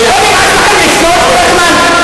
תודה רבה.